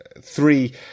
three